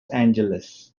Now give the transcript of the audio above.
angeles